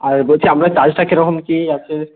আর বলছি আপনার চার্জটা কিরকম কী আছে